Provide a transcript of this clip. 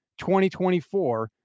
2024